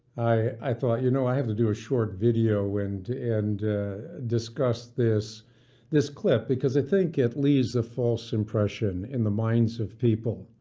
i thought, you know, i have to do a short video and and discuss this this clip because, i think it leaves a false impression in the minds of people.